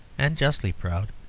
and justly proud,